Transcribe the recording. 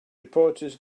reporters